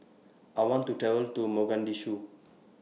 I want to travel to Mogadishu